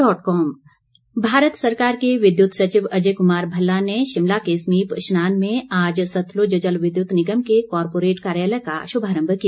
corporate कार्यालय भारत सरकार के विद्युत सचिव अजय कुमार भल्ला ने शिमला के समीप शनान में आज सतलूज जल विद्युत निगम के कॉरपोरेट कार्यालय का शुभारम्म किया